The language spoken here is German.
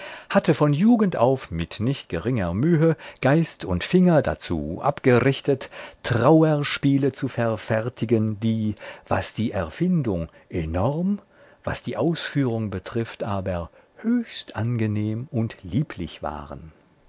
hatte von jugend auf mit nicht geringer mühe geist und finger dazu abgerichtet trauerspiele zu verfertigen die was die erfindung enorm was die ausführung betrifft aber höchst angenehm und lieblich waren